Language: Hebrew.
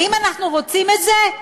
האם אנחנו רוצים את זה?